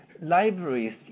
libraries